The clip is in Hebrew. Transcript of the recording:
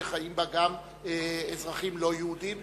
שחיים בה גם אזרחים לא-יהודים,